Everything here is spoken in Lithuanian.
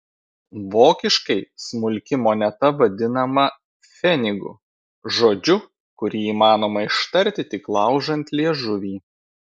vokiškai smulki moneta vadinama pfenigu žodžiu kurį įmanoma ištarti tik laužant liežuvį